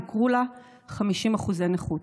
יוכרו לה 50% נכות.